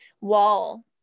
wall